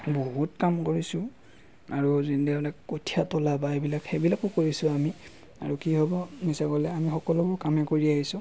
বহুত কাম কৰিছোঁ আৰু যিবিলাক মানে কঠীয়া তোলা বা সেইবিলাক সেইবিলাকো কৰিছোঁ আমি আৰু কি হ'ব মিছা ক'লে আমি সকলোবোৰ কামেই কৰি আহিছোঁ